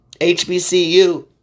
HBCU